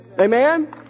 Amen